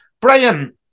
Brian